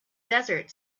desert